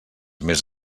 més